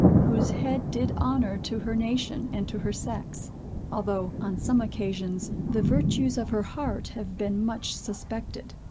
whose head did honor to her nation and to her sex although, on some occasions, the virtues of her heart have been much suspected.